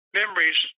memories